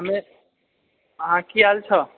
हमे अहाँ की हाल छै